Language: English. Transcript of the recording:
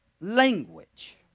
language